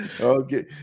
okay